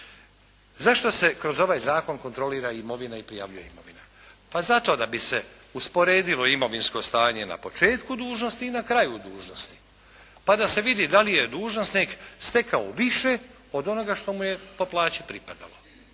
Zašto se kroz ovaj zakon kontrolira imovina i prijavljuje imovina? Pa zato da bi se usporedilo imovinsko stanje na početku dužnosti i na kraju dužnosti, pa da se vidi da li je dužnosnik stekao više od onoga što mu je po plaći pripadalo,